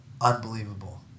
unbelievable